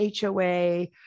HOA